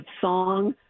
song